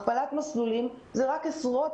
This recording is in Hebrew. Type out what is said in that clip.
הכפלת מסלולים זה עניין